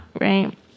right